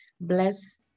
bless